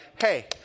hey